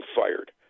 fired